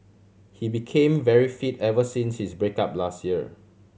he became very fit ever since his break up last year